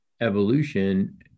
evolution